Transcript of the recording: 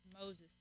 Moses